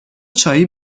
چایی